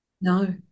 No